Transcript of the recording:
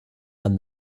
and